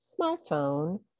smartphone